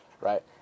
right